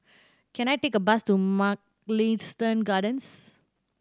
can I take a bus to Mugliston Gardens